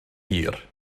hir